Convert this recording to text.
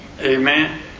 Amen